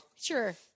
Sure